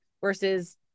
versus